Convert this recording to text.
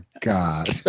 God